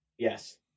Yes